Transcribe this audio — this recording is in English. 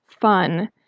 fun